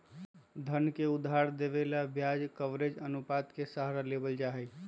धन के उधार देवे ला ब्याज कवरेज अनुपात के सहारा लेवल जाहई